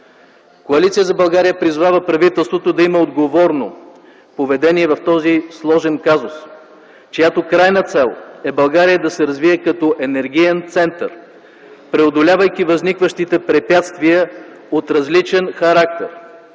Коалиция за България призовава правителството да има отговорно поведение в този сложен казус, чиято крайна цел е България да се развие като енергиен център, преодолявайки възникващите препятствия от различен характер